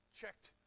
checked